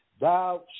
thou